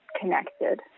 connected